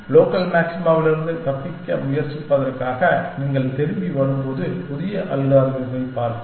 local மாக்சிமாவிலிருந்து தப்பிக்க முயற்சிப்பதற்காக நீங்கள் திரும்பி வரும்போது புதிய அல்காரிதத்தைப் பார்ப்போம்